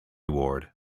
ward